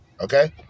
Okay